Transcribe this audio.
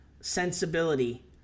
sensibility